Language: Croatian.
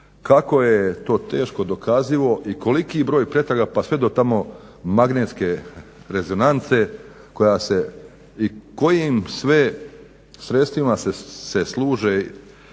kako je to teško dokazivo i koliki broj pretraga, pa sve do tamo magnetske rezonance koja se, i kojim sve sredstva se službe,a